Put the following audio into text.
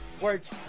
words